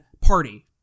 Party